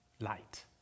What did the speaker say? light